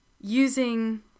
using